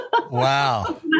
Wow